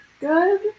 good